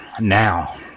now